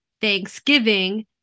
thanksgiving